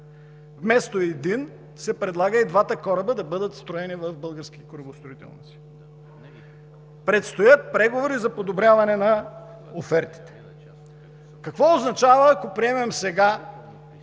вместо един, се предлага и двата кораба да бъдат строени в български корабостроителници. Предстоят преговори за подобряване на офертите. Какво означава, ако приемем сега